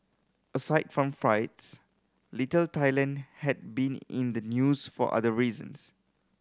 aside from fights Little Thailand had been in the news for other reasons